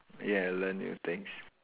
ya learn new things